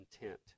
intent